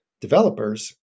developers